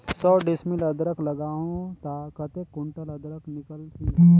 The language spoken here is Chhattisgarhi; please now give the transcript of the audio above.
सौ डिसमिल अदरक लगाहूं ता कतेक कुंटल अदरक निकल ही?